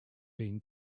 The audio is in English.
been